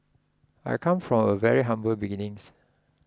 I come from a very humble beginnings